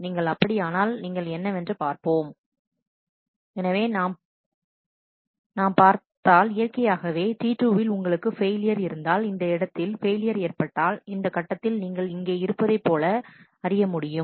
நீங்கள் அப்படியானால் நீங்கள் என்னவென்று பார்ப்போம் எனவே நாம் பார்த்தால் இயற்கையாகவே T2 வில் உங்களுக்கு ஃபெயிலியர் இருந்தால் இந்த இடத்தில் ஃபெயிலியர் ஏற்பட்டால் இந்த கட்டத்தில் நீங்கள் இங்கே இருப்பதைப் போல இயற்கையாகவே அறிய முடியும்